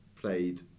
played